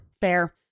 Fair